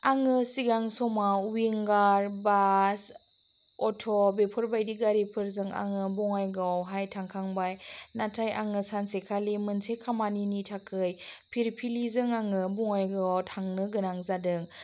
आङो सिगां समाव विंगार बास अट' बिफोरबायदि गारिफोरजों आङो बङाइगावावहाय थांखांबाय नाथाय आङो सानसेखालि मोनसे खामानिनि थाखै फिरफिलिजों आङो बङाइगावाव थांनो गोनां जादों